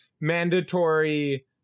mandatory